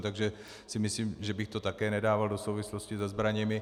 Takže si myslím, že bych to také nedával do souvislosti se zbraněmi.